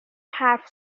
حرف